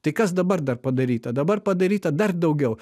tai kas dabar dar padaryta dabar padaryta dar daugiau